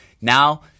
now